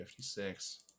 56